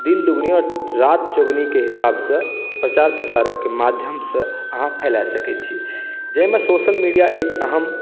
दिन दोगुनी आओर राति चौगुनीके हिसाबसँ प्रचार प्रसारक माध्यमसँ अहाँ फैला सकै छी जाहिमे सोशल मीडिया एक अहम